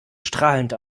strahlend